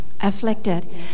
afflicted